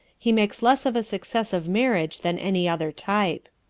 he makes less of a success of marriage than any other type.